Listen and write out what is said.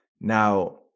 Now